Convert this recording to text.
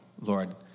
Lord